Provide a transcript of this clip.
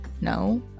no